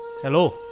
Hello